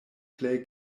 plej